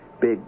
Big